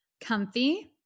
Comfy